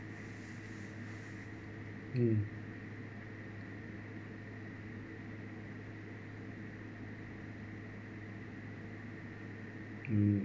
mm mm